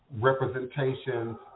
representations